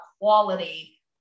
quality